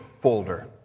folder